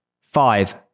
Five